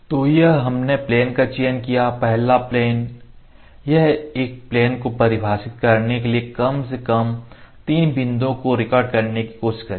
तो यह हमने प्लेन का चयन किया है पहला प्लेन यह एक प्लेन को परिभाषित करने के लिए कम से कम 3 बिंदुओं को रिकॉर्ड करने की कोशिश करेगा